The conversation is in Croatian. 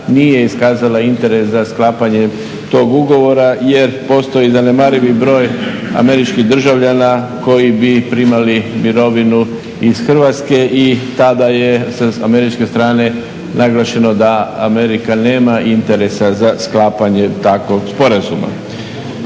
nije iskazala interes za sklapanjem tog ugovora, jer postoji zanemarivi broj američkih državljana koji bi primali mirovinu iz Hrvatske i tada je sa američke strane naglašeno da Amerika nema interesa za sklapanje takvog sporazuma.